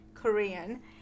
Korean